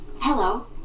Hello